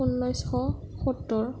ঊনৈছশ সত্তৰ